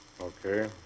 Okay